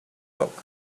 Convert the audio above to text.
talk